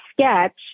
sketch